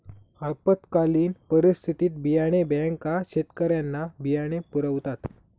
आपत्कालीन परिस्थितीत बियाणे बँका शेतकऱ्यांना बियाणे पुरवतात